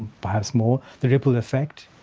perhaps more. the ripple effect.